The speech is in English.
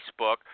Facebook